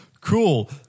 Cool